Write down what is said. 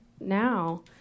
now